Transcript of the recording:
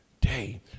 day